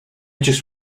just